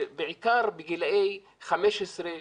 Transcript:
בעיקר בגילאי 15,